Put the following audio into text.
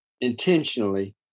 intentionally